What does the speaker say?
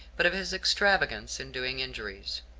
but of his extravagance in doing injuries.